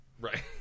Right